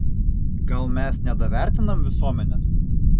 gal mes nedavertinam visuomenės